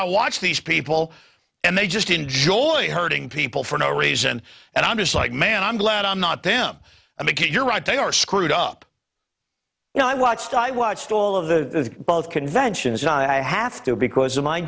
watch these people and they just enjoy hurting people for no reason and i'm just like man i'm glad i'm not them i'm a kid you're right they are screwed up you know i watched i watched all of the both conventions and i have to because of my